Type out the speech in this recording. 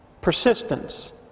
Persistence